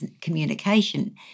communication